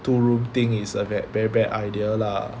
two room thing is a very bad idea lah